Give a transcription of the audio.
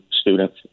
students